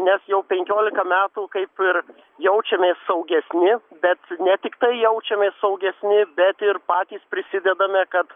nes jau penkiolika metų kaip ir jaučiamės saugesni bet ne tiktai jaučiamės saugesni bet ir patys prisidedame kad